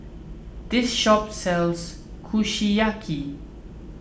this shop sells Kushiyaki